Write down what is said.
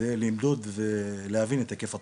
כדי למדוד ולהבין את היקף התופעה,